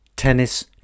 tennis